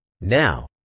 Now